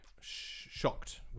shocked